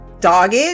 dogged